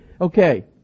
okay